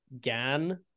gan